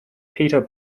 peter